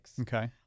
Okay